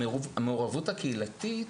המעורבות הקהילתית,